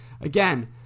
Again